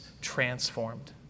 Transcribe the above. transformed